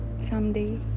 someday